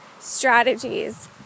strategies